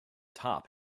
top